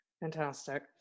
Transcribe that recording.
Fantastic